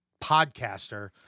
podcaster